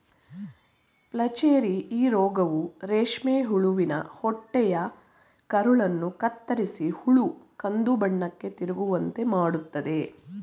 flacherie ಈ ರೋಗವು ರೇಷ್ಮೆ ಹುಳುವಿನ ಹೊಟ್ಟೆಯ ಕರುಳನ್ನು ಕತ್ತರಿಸಿ ಹುಳು ಕಂದುಬಣ್ಣಕ್ಕೆ ತಿರುಗುವಂತೆ ಮಾಡತ್ತದೆ